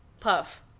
Puff